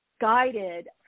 guided